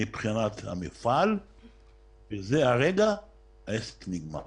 מבחינת המפעל בזה הרגע העסק נגמר.